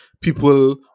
people